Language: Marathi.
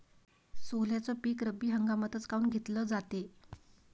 सोल्याचं पीक रब्बी हंगामातच काऊन घेतलं जाते?